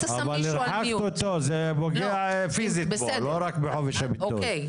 זה פוגע בו פיזית ולא רק בחופש הביטוי.